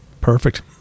Perfect